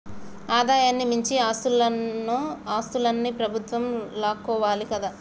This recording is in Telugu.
ఆదాయానికి మించిన ఆస్తులన్నో ఆస్తులన్ని ప్రభుత్వం లాక్కోవాలి కదా